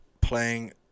playing